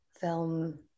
film